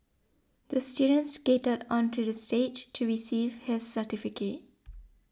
the student skated onto the stage to receive his certificate